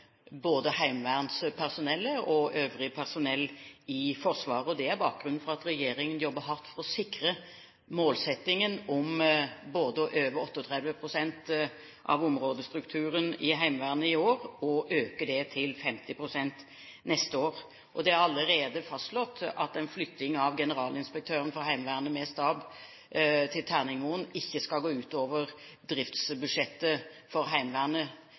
at regjeringen jobber hardt for å sikre målsettingen om både å øve 38 pst. av områdestrukturen i Heimevernet i år og å øke det til 50 pst. neste år. Det er allerede fastslått at en flytting av generalinspektøren for Heimevernet med stab til Terningmoen ikke skal gå ut over driftsbudsjettet for Heimevernet.